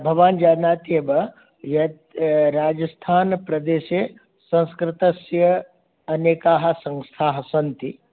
भवान् जानाति एव यत् राजस्थानप्रदेशे संस्कृतस्य अनेकाः संस्थाः सन्ति